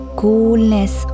coolness